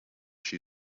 she